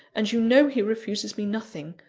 and you know he refuses me nothing.